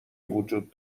وجود